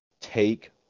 take